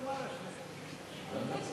בבקשה, אדוני.